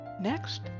Next